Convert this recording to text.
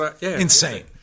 Insane